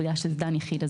בגלל שזה דן יחיד,